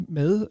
med